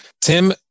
Tim